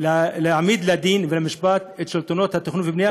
להעמיד לדין ולמשפט את שלטונות התכנון והבנייה,